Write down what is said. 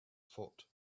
foot